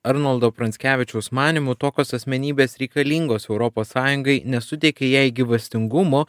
arnoldo pranckevičiaus manymu tokios asmenybės reikalingos europos sąjungai nes suteikia jai gyvastingumo